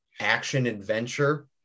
action-adventure